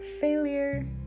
failure